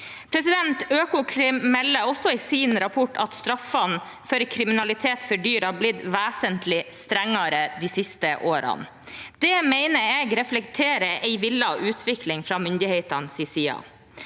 Økokrim melder også i sin rapport at straffene for kriminalitet mot dyr har blitt vesentlig strengere de siste årene. Det mener jeg reflekterer en villet utvikling fra myndighetenes side.